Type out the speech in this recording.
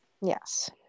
yes